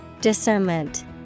Discernment